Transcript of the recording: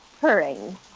purring